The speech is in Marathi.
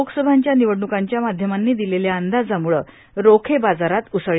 लोकसभांच्या निवडणुकांच्या माध्यमांनी दिलेल्या अंदाजामुळं रोखे बाजारात उसळी